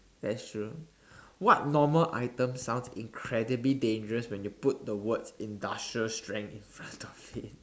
that's true what normal items sounds incredibly dangerous when you put the words industrial strength in front of it